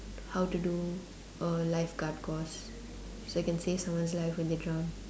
how to do a lifeguard course so I can save someone's life when they drown